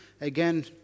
again